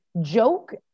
joke